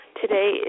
Today